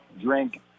drink